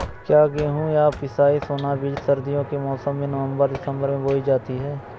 क्या गेहूँ या पिसिया सोना बीज सर्दियों के मौसम में नवम्बर दिसम्बर में बोई जाती है?